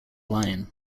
line